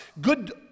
good